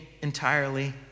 entirely